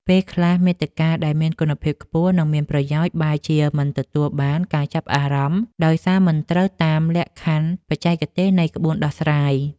ពេលខ្លះ មាតិកាដែលមានគុណភាពខ្ពស់ និងមានប្រយោជន៍ បែរជាមិនទទួលបានការចាប់អារម្មណ៍ ដោយសារមិនត្រូវតាមលក្ខខណ្ឌបច្ចេកទេសនៃក្បួនដោះស្រាយ។